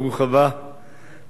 ברוך הבא לידידי,